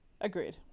Agreed